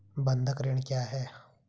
बंधक ऋण क्या है?